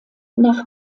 nach